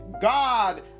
God